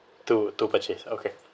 to to purchase okay